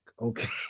Okay